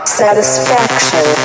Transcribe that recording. satisfaction